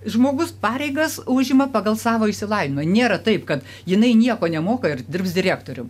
žmogus pareigas užima pagal savo išsilavinimą nėra taip kad jinai nieko nemoka ir dirbs direktorium